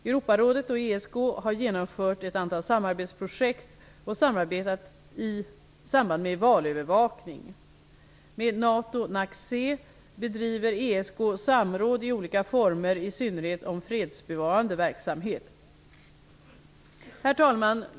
Europarådet och ESK har genomfört ett antal samarbetsprojekt och samarbetat i samband med valövervakning. Med NATO/NACC bedriver ESK samråd i olika former i synnerhet om fredsbevarande verksamhet. Herr talman!